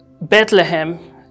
Bethlehem